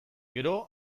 gero